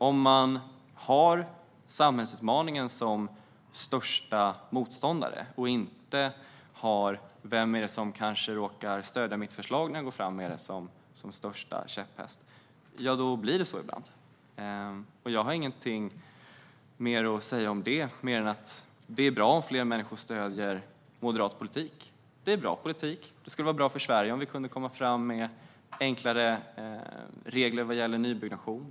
Om man har samhällsutmaningen som största motståndare och inte som största käpphäst att man funderar på vem som kommer att stödja ens förslag, ja, då blir det så ibland. Jag har ingenting mer att säga om det mer än att det är bra om fler människor stöder moderat politik. Det är en bra politik, och det skulle vara bra för Sverige om det infördes enklare regler om nybyggnation.